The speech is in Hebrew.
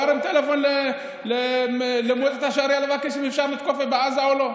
הוא ירים טלפון למועצת השריעה לבקש אם אפשר לתקוף בעזה או לא.